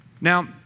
Now